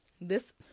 this-